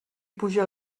puja